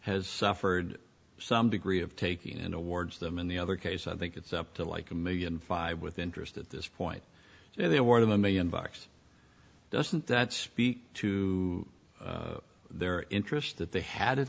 has suffered some degree of taking in awards them in the other case i think it's up to like a million five with interest at this point there were a million bucks doesn't that speak to their interest that they had an